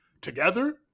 together